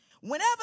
Whenever